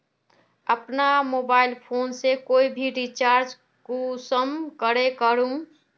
अपना mobile phone से कोई भी रिचार्ज कुंसम करे करूम?